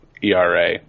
ERA